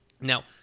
Now